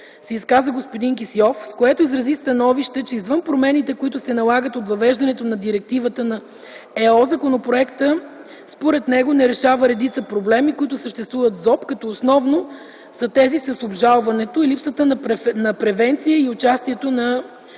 се изказа господин Кисьов, с което изрази становище, че извън промените, които се налагат от въвеждането на Директивата на ЕО, законопроектът не решава редица проблеми, които съществуват в Закона за обществените поръчки, като основни са тези с обжалването, липсата на превенция и участието на